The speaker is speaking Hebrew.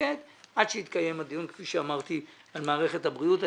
ולתפקד עד שיתקיים הדיון כפי שאמרתי על מערכת הבריאות.